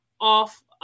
off